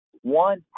One